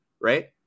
right